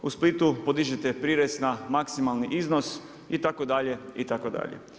U Splitu podižete prirez na maksimalni iznos itd. itd.